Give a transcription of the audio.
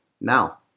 now